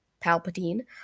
Palpatine